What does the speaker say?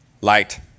light